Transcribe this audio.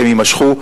והם יימשכו.